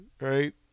right